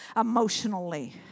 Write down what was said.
emotionally